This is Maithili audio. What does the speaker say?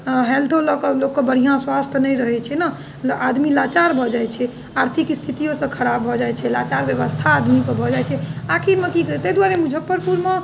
हेल्थो लऽ कऽ लोेकके बढ़िआँ स्वास्थ्य नहि रहै छै ने आदमी लाचार भऽ जाइ छै आर्थिक स्थितिओसब खराब भऽ जाइ छै लाचार अवस्था आदमीके भऽ जाइ छै आखिरमे की करतै ताहि दुआरे मुजफ्फरपुरमे